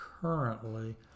currently